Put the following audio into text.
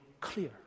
clear